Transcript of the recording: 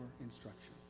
instruction